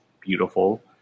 beautiful